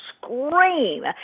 scream